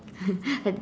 and